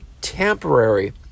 temporary